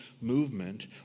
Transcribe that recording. movement